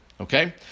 okay